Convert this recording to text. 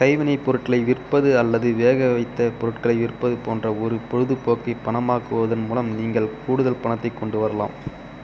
கைவினைப் பொருட்களை விற்பது அல்லது வேகவைத்த பொருட்களை விற்பது போன்ற ஒரு பொழுதுபோக்கைப் பணமாக்குவதன் மூலம் நீங்கள் கூடுதல் பணத்தைக் கொண்டு வரலாம்